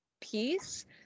piece